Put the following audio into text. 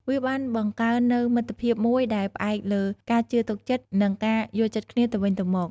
វាបានបង្កើននូវមិត្តភាពមួយដែលផ្អែកលើការជឿទុកចិត្ត និងការយល់ចិត្តគ្នាទៅវិញទៅមក។